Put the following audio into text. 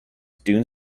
dune